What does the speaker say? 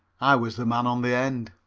i was the man on the end.